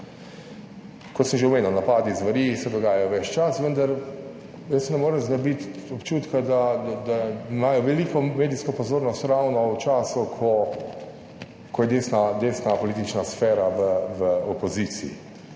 Kot sem že omenil, napadi zveri se dogajajo ves čas, vendar jaz se ne morem znebiti občutka, da imajo veliko medijsko pozornost ravno v času, ko je desna politična sfera v opoziciji.